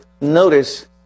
notice